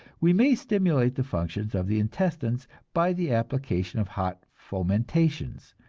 we may stimulate the functions of the intestines by the application of hot fomentations,